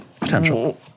potential